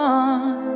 on